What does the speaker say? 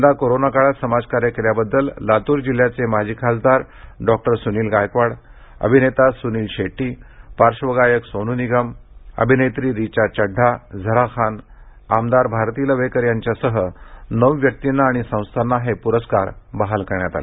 यंदा कोरोना काळात समाजकार्य केल्याबददल लातर जिल्ह्याचे माजी खासदारडॉ सुनील गायकवाड अभिनेता सुनील शेट्टी पार्श्वगायक सोन् निगम अभिनेत्री रिचा चढढा झरा खान आमदार भारती लवेकर यांच्यासह नऊ व्यक्तीना आणि संस्थांना हे प्रस्कार बहाल करण्यात आले